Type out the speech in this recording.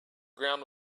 ground